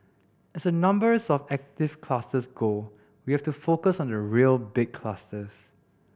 as the numbers of active clusters go we have to focus on the real big clusters